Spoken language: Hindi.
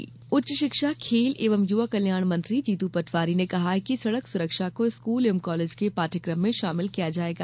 सड़क सुरक्षा उच्च शिक्षा खेल एवं युवा कल्याण मंत्री जीतू पटवारी ने कहा कि सड़क सुरक्षा को स्कूल एवं कॉलेज के पाठ्यक्रम में शामिल किया जायेगा